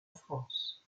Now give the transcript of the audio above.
france